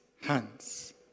hands